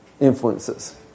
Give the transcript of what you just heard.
influences